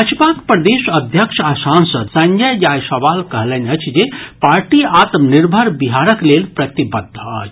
भाजपाक प्रदेश अध्यक्ष आ सांसद संजय जयसवाल कहलनि अछि जे पार्टी आत्मनिर्भर बिहारक लेल प्रतिबद्ध अछि